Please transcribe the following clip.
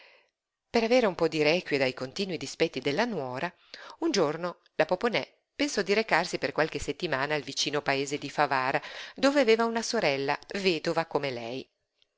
per avere un po di requie dai continui dispetti della nuora un giorno la poponè pensò di recarsi per qualche settimana al vicino paese di favara dove aveva una sorella vedova come lei